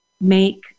make